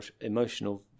emotional